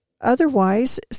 Otherwise